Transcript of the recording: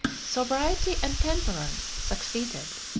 sobriety and temperance succeeded.